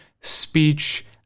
speech